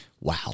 Wow